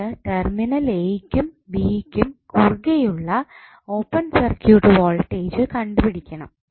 എന്നിട്ട് terminal A കും B യ്ക്കും കുറുകെയുള്ള ഓപ്പൺ സർക്യൂട്ട് വോൾട്ടേജ് കണ്ടുപിടിക്കണം